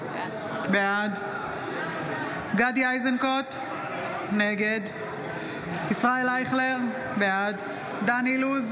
בעד גדי איזנקוט, נגד ישראל אייכלר, בעד דן אילוז,